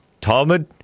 Talmud